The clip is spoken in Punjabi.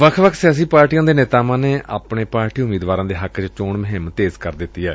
ਵੱਖ ਵੱਖ ਸਿਆਸੀ ਪਾਰਟੀਆਂ ਦੇ ਨੇਤਾਵਾਂ ਨੇ ਆਪਣੇ ਪਾਰਟੀ ਉਮੀਦਵਾਰਾਂ ਦੇ ਹੱਕ ਚ ਚੋਣ ਮੁਹਿੰਮ ਤੇਜ਼ ਕਰ ਦਿੱਤੀ ਏ